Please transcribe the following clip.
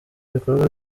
ibikorwa